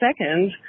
second